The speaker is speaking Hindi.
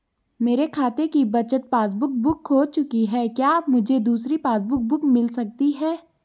मेरे खाते की बचत पासबुक बुक खो चुकी है क्या मुझे दूसरी पासबुक बुक मिल सकती है?